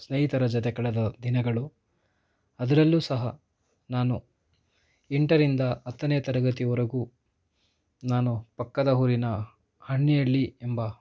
ಸ್ನೇಹಿತರ ಜೊತೆ ಕಳೆದ ದಿನಗಳು ಅದರಲ್ಲೂ ಸಹ ನಾನು ಎಂಟರಿಂದ ಹತ್ತನೇ ತರಗತಿವರೆಗೂ ನಾನು ಪಕ್ಕದ ಊರಿನ ಹಣ್ಣಿ ಹಳ್ಳಿ ಎಂಬ